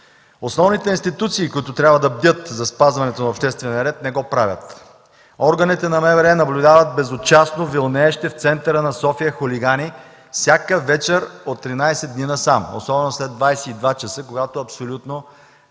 Основните институции, които трябва да бдят за спазването на обществения ред, не го правят. Органите на МВР наблюдават безучастно вилнеещи в центъра на София хулигани всяка вечер от 13 дни насам, особено след 22,00 ч., когато абсолютно не